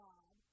God